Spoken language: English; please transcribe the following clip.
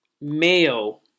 Mayo